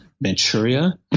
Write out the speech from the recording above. Manchuria